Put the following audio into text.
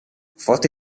forte